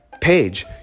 page